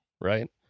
right